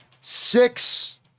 Six